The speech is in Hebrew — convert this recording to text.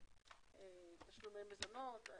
תשלומי מזונות.